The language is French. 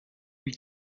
une